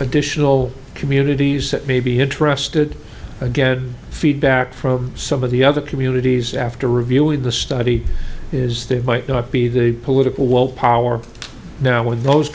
additional communities that may be interested again feedback from some of the other communities after reviewing the study is there might not be the political will power now